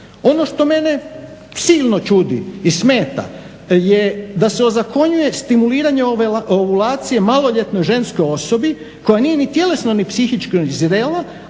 Ono što mene silno čudi i smeta je da se ozakonjuje stimuliranje ovulacije maloljetnoj ženskoj osobi koja nije ni tjelesno ni psihički zrela,